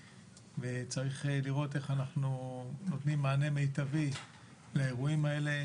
וצריך לראות איך אנחנו נותנים מענה מיטבי לאירועים האלה.